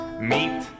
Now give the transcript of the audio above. meet